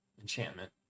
Enchantment